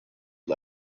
had